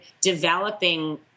developing